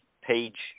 page